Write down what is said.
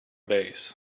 base